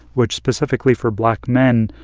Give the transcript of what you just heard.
which, specifically for black men,